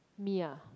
me ah